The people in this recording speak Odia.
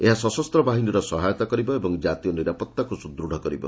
ଏହା ସଶସ୍ତ ବାହିନୀର ସହାୟତା କରିବ ଓ କାତୀୟ ନିରାପତ୍ତାକୁ ସୁଦତ କରିବ